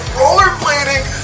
rollerblading